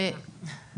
קודם כל,